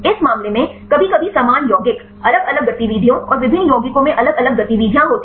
इस मामले में कभी कभी समान यौगिक अलग अलग गतिविधियों और विभिन्न यौगिकों में अलग अलग गतिविधियाँ होती हैं